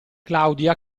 claudia